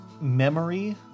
memory